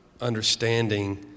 understanding